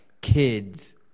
kids